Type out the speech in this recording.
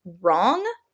wrong